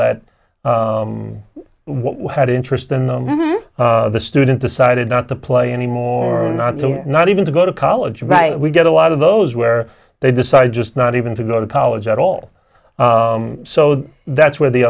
that one had interest and the student decided not to play anymore not not even to go to college right we get a lot of those where they decide just not even to go to college at all so that's where the